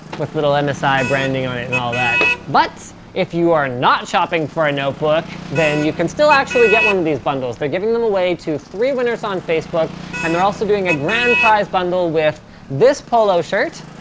with little and msi branding on it and all that, but if you are not shopping for a notebook, then you can still actually get one of these bundles they're giving them away to three winners on facebook and they're also doing a grand prize bundle with this polo shirt,